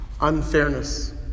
Unfairness